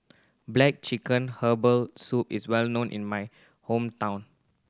black chicken herbal soup is well known in my hometown